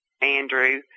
Andrew